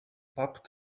pub